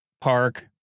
park